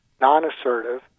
non-assertive